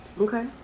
Okay